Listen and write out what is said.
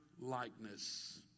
likeness